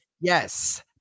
yes